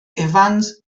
evans